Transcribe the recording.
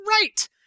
right